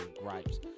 gripes